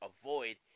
avoid